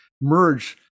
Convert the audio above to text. merge